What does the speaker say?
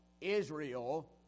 Israel